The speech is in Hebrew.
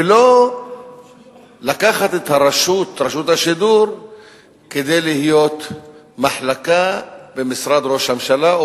ולא לקחת את רשות השידור כדי להיות מחלקה במשרד ראש הממשלה,